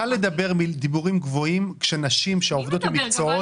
קל לדבר דיבורים גבוהים כאשר נשים עובדות במקצועות --- מי מדבר גבוה?